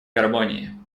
гармонии